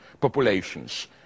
populations